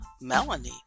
melanie